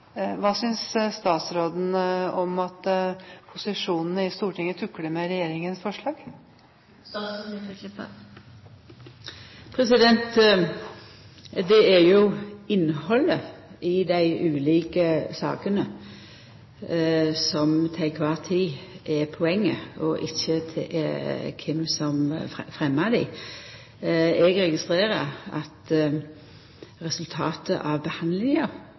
Hva synes statsråden om at opposisjonen i Stortinget tukler med regjeringens forslag? Det er jo innhaldet i dei ulike sakene som til kvar tid er poenget, og ikkje kven som fremmar dei. Eg registrerer at resultatet av behandlinga